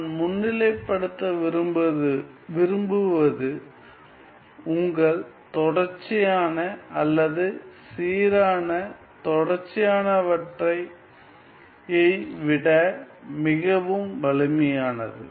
நான் முன்னிலைப்படுத்த விரும்புவது உங்கள் தொடர்ச்சியான அல்லது சீரான தொடர்ச்சியானவற்றையை விட மிகவும் வலிமையானது